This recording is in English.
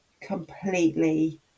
completely